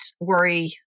worry